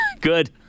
Good